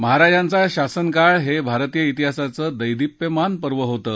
महाराजांचा शासनकाळ हे भारतीय तिहासाचं देदिप्यमान पर्व होतं